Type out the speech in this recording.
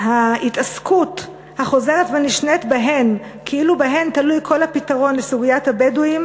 וההתעסקות החוזרת ונשנית בהן כאילו בהן תלוי כל הפתרון לסוגיית הבדואים